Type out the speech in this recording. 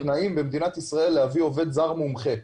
תבדקי את התנאים במדינת ישראל להבאת עובד זר מומחה,